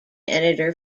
editor